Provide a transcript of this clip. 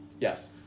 Yes